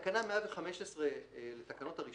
תיקון תקנה 115. בתקנה 115 לתקנות העיקריות,